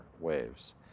waves